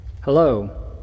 Hello